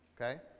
Okay